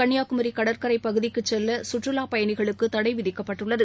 கன்னியாகுமரி கடற்கரை பகுதிக்குச் செல்ல கற்றுலாப் பயணிகளுக்கு தடை விதிக்கப்பட்டுள்ளது